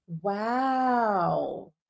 Wow